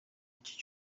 iki